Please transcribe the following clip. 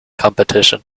competition